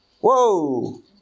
Whoa